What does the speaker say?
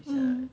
mm